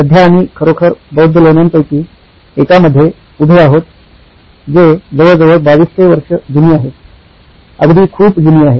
सध्या आम्ही खरोखर बौद्ध लेण्यांपैकी एका मध्ये उभे आहोत जे जवळजवळ 2200 वर्षे जुनी आहे अगदी खूप जुनी आहे